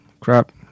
crap